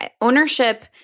ownership